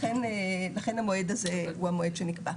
ולכן המועד הזה הוא המועד שנקבע.